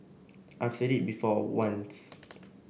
I've said it before once